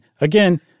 again